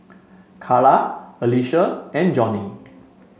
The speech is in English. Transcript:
Karla Alicia and Johnie